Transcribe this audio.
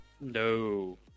no